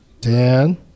Dan